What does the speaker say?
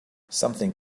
something